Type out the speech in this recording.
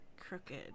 crooked